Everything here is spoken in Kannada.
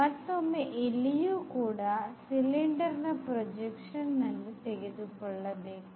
ಮತ್ತೊಮ್ಮೆ ಇಲ್ಲಿಯೂ ಕೂಡ ಸಿಲೆಂಡರ್ ನ ಪ್ರೊಜೆಕ್ಷನ್ ನನ್ನು ತೆಗೆದುಕೊಳ್ಳಬೇಕು